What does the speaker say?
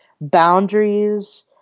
boundaries